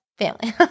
Family